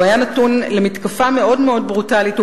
הוא היה נתון למתקפה מאוד מאוד ברוטלית.